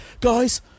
Guys